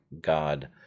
god